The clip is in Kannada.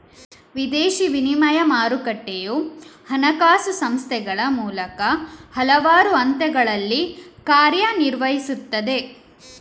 ವಿದೇಶಿ ವಿನಿಮಯ ಮಾರುಕಟ್ಟೆಯು ಹಣಕಾಸು ಸಂಸ್ಥೆಗಳ ಮೂಲಕ ಹಲವಾರು ಹಂತಗಳಲ್ಲಿ ಕಾರ್ಯ ನಿರ್ವಹಿಸುತ್ತದೆ